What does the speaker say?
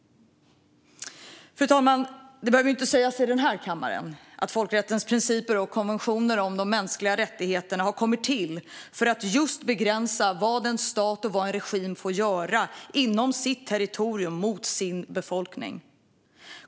Fru talman! Det behöver inte sägas i den här kammaren att folkrättens principer och konventioner om de mänskliga rättigheterna har kommit till just för att begränsa vad en stat och en regim får göra inom sitt territorium mot sin befolkning.